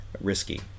risky